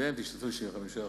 והם ישתתפו ב-75%.